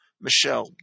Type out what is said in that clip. Michelle